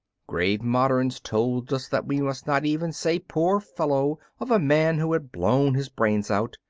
grave moderns told us that we must not even say poor fellow, of a man who had blown his brains out,